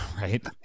Right